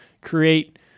create